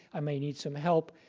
i may need some help.